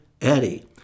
Eddie